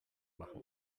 machen